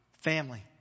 family